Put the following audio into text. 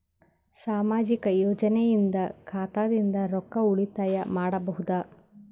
ಸಾಮಾಜಿಕ ಯೋಜನೆಯಿಂದ ಖಾತಾದಿಂದ ರೊಕ್ಕ ಉಳಿತಾಯ ಮಾಡಬಹುದ?